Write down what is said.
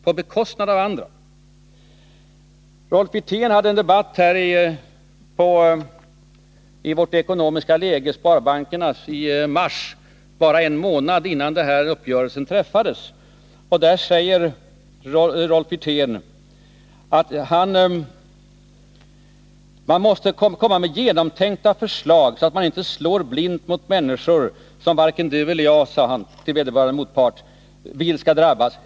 Rolf Wirtén hade en debatt vid Sparbanksföreningens konferens ”Vårt ekonomiska läge” i mars, bara en månad innan uppgörelsen träffades. Där sade Rolf Wirtén att det måste vara genomtänkta förslag, så att man inte slår. Nr 39 blint mot människor som varken du — sade han till vederbörande motpart — ”eller jag vill skall drabbas.